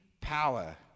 power